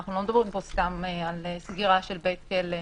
אנחנו לא מדברים סתם על סגירה של בית כלא,